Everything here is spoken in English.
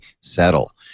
settle